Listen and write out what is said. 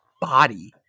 body